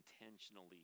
intentionally